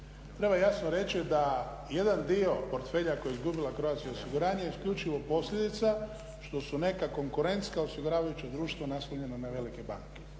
Treba jasno reći da jedan dio portfelja kojeg je izgubila Croatia osiguranje je isključivo posljedica što su neka konkurentska osiguravajuća društva naslonjena na velike banke.